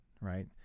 right